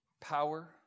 power